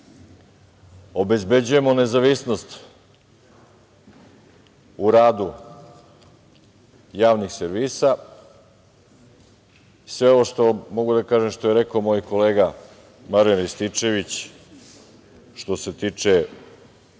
obezbeđujemo nezavisnost u radu javnih servisa. Sve ovo što je rekao moj kolega Marijan Rističević, što se tiče